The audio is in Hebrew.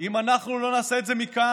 אם אנחנו לא נעשה את זה מכאן,